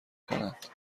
کنند